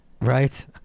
Right